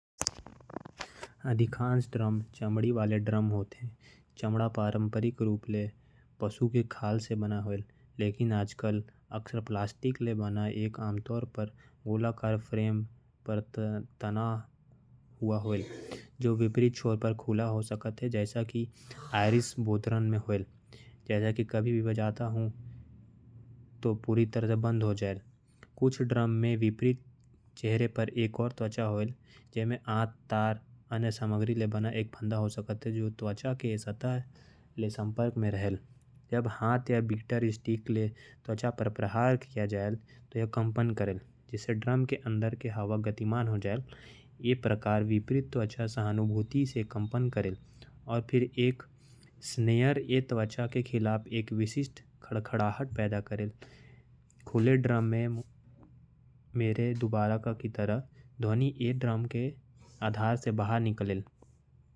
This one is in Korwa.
अधिकांश ड्रम चमड़ा से बनेल। पशु के चमड़ा ल इस्तेमाल करके ड्रम ला बनाए जायल। ड्रम आम तौर पर प्लास्टिक से भी बनेल। सिर के कंपन से पूरा ड्रम हिलजायल। ऊपर और नीचे के सिर के ये कंपन हवा में कंपन पैदा करेल। जो ध्वनि बन जायल हैं और अंतत। जब सिर का कंपन कम हो जाता है। तो ध्वनि कम हो जाती है।